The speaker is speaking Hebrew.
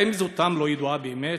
האם זהותם לא ידועה באמת?